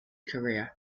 career